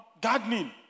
gardening